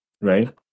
Right